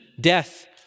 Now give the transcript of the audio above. death